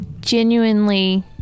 genuinely